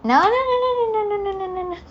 no no no no no no no no no no